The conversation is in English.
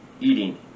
eating